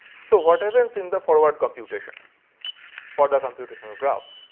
so, whatever is in the forward computation for the computational graph,